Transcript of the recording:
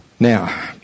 Now